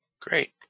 Great